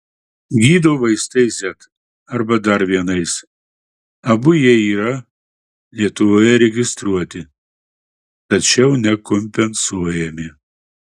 gydo vaistais z arba dar vienais abu jie yra lietuvoje registruoti tačiau nekompensuojami